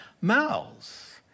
mouths